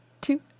two